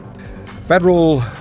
Federal